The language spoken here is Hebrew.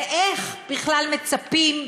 ואיך בכלל מצפים ממישהו,